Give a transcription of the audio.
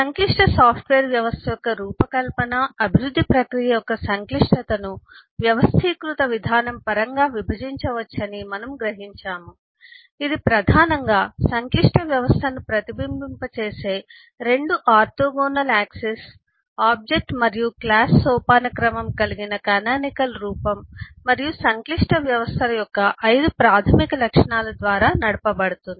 సంక్లిష్ట సాఫ్ట్వేర్ వ్యవస్థ యొక్క రూపకల్పన అభివృద్ధి ప్రక్రియ యొక్క సంక్లిష్టతను వ్యవస్థీకృత విధానం పరంగా విభజించవచ్చని మనము గమనించాము ఇది ప్రధానంగా సంక్లిష్ట వ్యవస్థను ప్రతిబింబింపచేసే 2 ఆర్తోగోనల్ కొలతలు ఆబ్జెక్ట్ మరియు క్లాస్ సోపానక్రమం కలిగిన కానానికల్ రూపం మరియు సంక్లిష్ట వ్యవస్థల యొక్క 5 ప్రాథమిక లక్షణాల ద్వారా నడపబడుతుంది